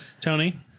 Tony